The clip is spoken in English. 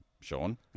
Sean